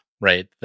right